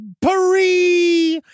Paris